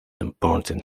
important